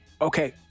Okay